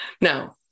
now